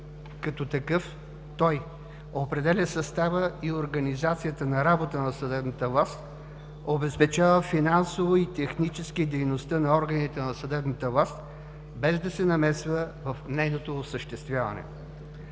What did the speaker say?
Като такъв той определя състава и организацията на работа на съдебната власт, обезпечава финансово и технически дейността на органите на съдебната власт, без да се намесва в нейното осъществяване.